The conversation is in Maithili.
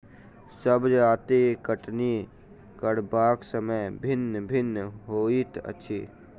सभ जजतिक कटनी करबाक समय भिन्न भिन्न होइत अछि